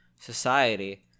society